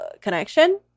connection